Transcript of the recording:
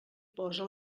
posa